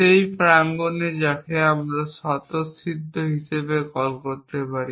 সেই প্রাঙ্গনে যাকে আমরা স্বতঃসিদ্ধ হিসাবে কল করতে পারি